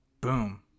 boom